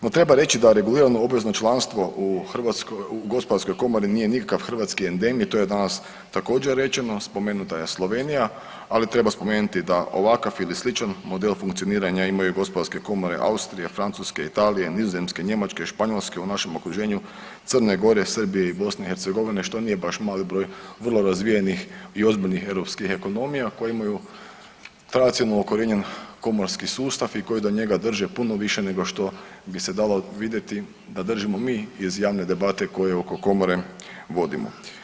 No, treba reći da regulirano obavezno članstvo u gospodarskoj komori nije nikakav hrvatski endem i to je danas također rečeno, spomenuta je Slovenija, ali treba spomenuti da ovakav ili sličan model funkcioniranja imaju gospodarske komore Austrije, Francuske, Italije, Nizozemske, Njemačke, Španjolske, u našem okruženju Crne Gore, Srbije i BiH što nije baš mali broj vrlo razvijenih i ozbiljnih europskih ekonomija koje imaju tradicionalno ukorijenjen komorski sustav i koji do njega drže puno više nego što bi se dalo vidjeti da držimo mi iz javne debate koju oko komore vodimo.